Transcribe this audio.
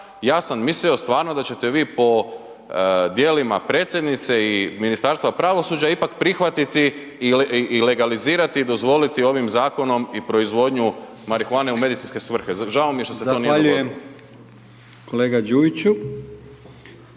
Ja sam mislio, stvarno da ćete vi po dijelima predsjednice i Ministarstva pravosuđa ipak prihvatiti i legalizirati, dozvoliti ovim zakonom i proizvodnju marihuane u medicinske svrhe. Žao mi je što se to nije dogodilo. **Brkić,